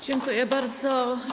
Dziękuję bardzo.